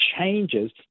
changes